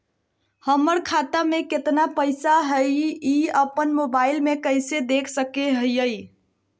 हमर खाता में केतना पैसा हई, ई अपन मोबाईल में कैसे देख सके हियई?